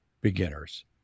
beginners